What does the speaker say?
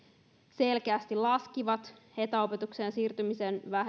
selkeästi laskivat etäopetukseen siirtymisen